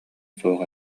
суох